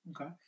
Okay